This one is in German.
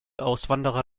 auswanderer